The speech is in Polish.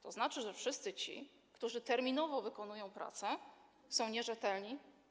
To znaczy że wszyscy ci, którzy terminowo wykonują pracę, są nierzetelni?